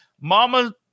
mama